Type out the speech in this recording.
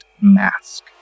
mask